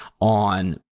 on